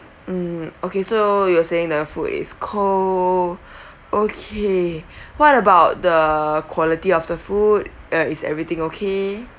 mm okay so you are saying the food is cold okay what about the quality of the food uh is everything okay